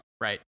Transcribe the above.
right